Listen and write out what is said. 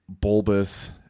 bulbous